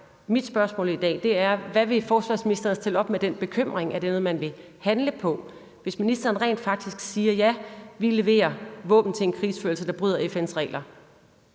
mit spørgsmål i dag, er: Hvad vil forsvarsministeren stille op med den bekymring? Er det noget, man vil handle på? Hvis ministeren rent faktisk siger, at ja, vi leverer våben til en krigsførelse, der bryder FN's regler,